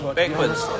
backwards